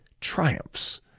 triumphs